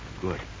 Good